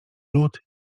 lód